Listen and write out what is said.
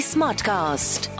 Smartcast